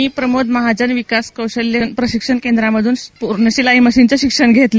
मी प्रमोद महाजन विकास कौशल्य प्रशिक्षण केंद्रामधून शिलाई मशीनचे शिक्षण घेतले